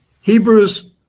Hebrews